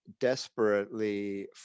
desperately